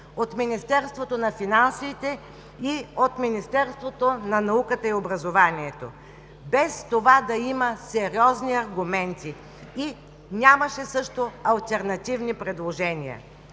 от Министерството на финансите и от Министерството на науката и образованието, без това да има сериозни аргументи. Нямаше също и алтернативни предложения.